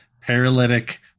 paralytic